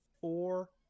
four